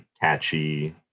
catchy